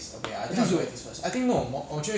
没有好公民 as in that's the topic [what]